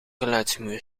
geluidsmuur